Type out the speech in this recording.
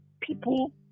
people